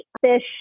fish